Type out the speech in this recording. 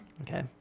Okay